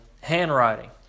handwriting